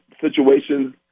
situations